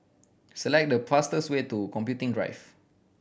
select the fastest way to Computing Drive